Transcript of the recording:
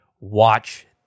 watch